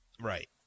Right